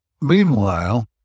Meanwhile